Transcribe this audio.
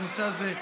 בנושא הזה,